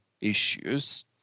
issues